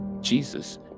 Jesus